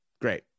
great